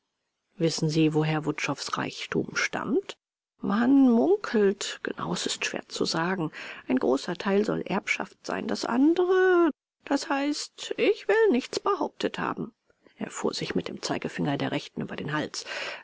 wissen sie woher wutschows reichtum stammt man munkelt genaues ist schwer zu sagen ein großer teil soll erbschaft sein das andere das heißt ich will nichts behauptet haben er fuhr sich mit dem zeigefinger der rechten über den hals